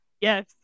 Yes